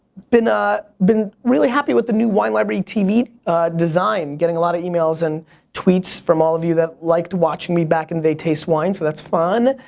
been ah been really happy with the new wine library tv design. getting a lot of emails and tweets from all of you that liked watching me back in the day, taste wine, so that's fun.